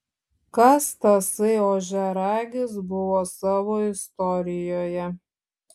kas tasai ožiaragis buvo savo istorijoje